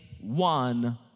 one